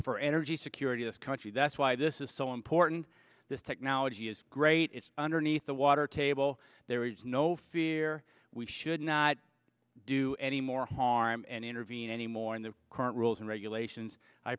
for energy security this country that's why this is so important this technology is great it's underneath the water table there is no fear we should not do any more harm and intervene anymore in the current rules and regulations i